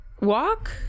Walk